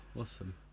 awesome